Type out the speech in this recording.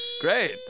Great